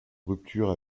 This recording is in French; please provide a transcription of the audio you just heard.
rupture